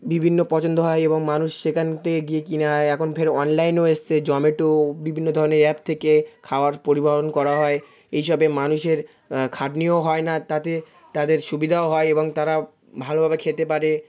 বিভিন্ন পছন্দ হয় এবং মানুষ সেখান থেকে গিয়ে কিনে আয়ে এখন ফের অনলাইনও এসছে জমেটো বিভিন্ন ধরনের অ্যাপ থেকে খাবার পরিবহন করা হয় এইসবে মানুষের খাটনিও হয় না তাতে তাদের সুবিধাও হয় এবং তারা ভালোভাবে খেতে পারে